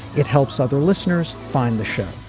it helps other listeners find the show.